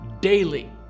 daily